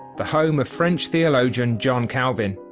the home of french theologian john calvin.